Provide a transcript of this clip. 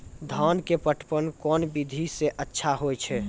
धान के पटवन कोन विधि सै अच्छा होय छै?